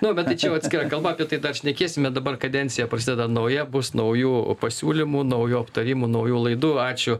nu bet tai čiau atskira kalba apie tai dar šnekėsime dabar kadencija prasideda nauja bus naujų pasiūlymų naujų aptarimų naujų laidų ačiū